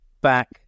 back